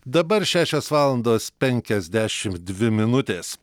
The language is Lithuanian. dabar šešios valandos penkiasdešimt dvi minutės